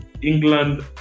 england